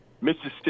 Mississippi